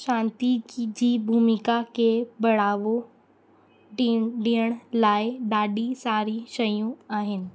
शांती की जी भूमिका के बढ़ावो डी ॾियण लाइ ॾाढी सारी शयूं आहिनि